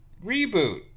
Reboot